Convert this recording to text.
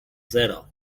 zero